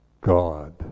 God